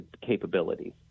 capabilities